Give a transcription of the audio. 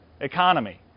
economy